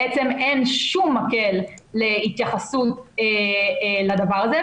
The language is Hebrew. בעצם אין שום מקל להתייחסות לדבר הזה.